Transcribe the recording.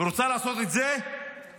ורוצה לעשות את זה לצמיתות.